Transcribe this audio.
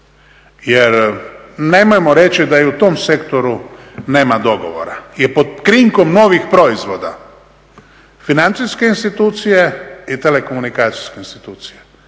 Jer nemojmo reći da i u tom sektoru nema dogovora je pod krinkom novih proizvoda financijske institucije i telekomunikacijske institucije.